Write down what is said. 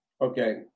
okay